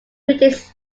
british